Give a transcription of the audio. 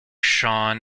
shaun